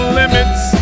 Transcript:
limits